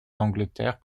d’angleterre